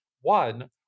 One